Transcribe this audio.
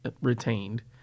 retained